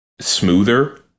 smoother